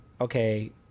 okay